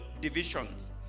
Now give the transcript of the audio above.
divisions